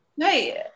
Hey